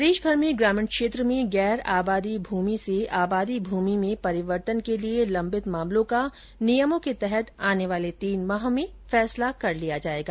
प्रदेशभर में ग्रामीण क्षेत्र में गैर आबादी भूमि से आबादी भूमि में परिवर्तन के लिए लंबित मामलों का नियमों के तहत आने वाले तीन माह में फैसला कर लिया जाएगा